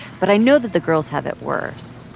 but i know that the girls have it worse.